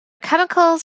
chemicals